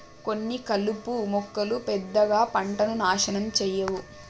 కొన్ని కలుపు మొక్కలు పెద్దగా పంటను నాశనం చేయవు